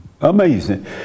amazing